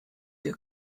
dir